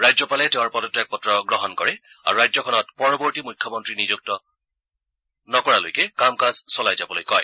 ৰাজ্যপালে তেওঁৰ পদত্যাগ পত্ৰ গ্ৰহণ কৰে আৰু ৰাজ্যখনত পৰৱৰ্তী মুখ্যমন্ত্ৰী নিযুক্ত নকৰালৈকে কাম কাজ চলাই যাবলৈ কয়